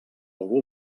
algú